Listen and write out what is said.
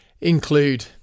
include